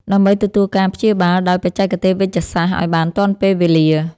ដើម្បីទទួលការព្យាបាលដោយបច្ចេកទេសវេជ្ជសាស្ត្រឱ្យបានទាន់ពេលវេលា។